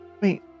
Wait